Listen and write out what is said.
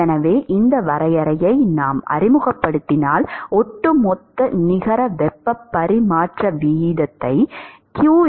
எனவே இந்த வரையறையை நாம் அறிமுகப்படுத்தினால் ஒட்டுமொத்த நிகர வெப்பப் பரிமாற்ற வீதத்தை q